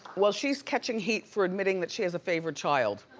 well, she's catching heat for admitting that she has a favorite child.